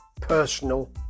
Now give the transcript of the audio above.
personal